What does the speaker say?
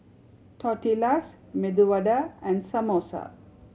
Tortillas Medu Vada and Samosa